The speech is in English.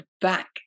back